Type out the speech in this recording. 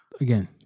again